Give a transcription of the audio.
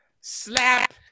Slap